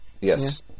Yes